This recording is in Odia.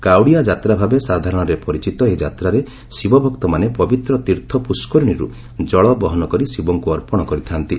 କାଉଡ଼ିଆ ଯାତ୍ରା ଭାବେ ସାଧାରଣରେ ପରିଚିତ ଏହି ଯାତ୍ରାରେ ଶିବଭକ୍ତମାନେ ପବିତ୍ର ତୀର୍ଥ ପୁଷ୍କରିଣୀରୁ ଜଳ ବହନ କରି ଶିବଙ୍କୁ ଅର୍ପଣ କରିଥାନ୍ତି